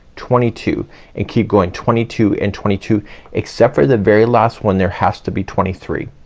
twenty two and keep going, twenty two and twenty two except for the very last one. there has to be twenty three.